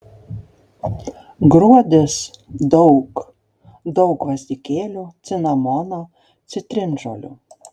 gruodis daug daug gvazdikėlių cinamono citrinžolių